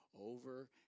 over